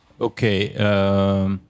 Okay